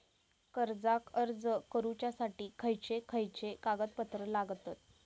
कर्जाक अर्ज करुच्यासाठी खयचे खयचे कागदपत्र लागतत